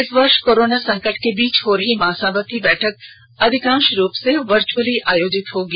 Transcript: इस वर्ष कोरोना संकट के बीच हो रही महासभा की बैठक अधिकांश रूप से वर्चुअली आयोजित होगी